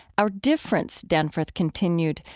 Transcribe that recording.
our difference, danforth continued,